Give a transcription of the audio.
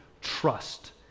trust